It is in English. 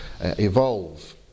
evolve